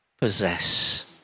possess